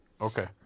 Okay